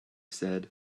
said